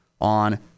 on